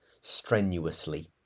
strenuously